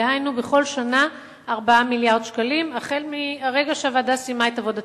דהיינו בכל שנה 4 מיליארד שקלים מהרגע שהוועדה סיימה את עבודתה.